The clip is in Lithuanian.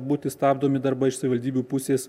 būti stabdomi darbai iš savivaldybių pusės